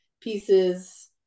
pieces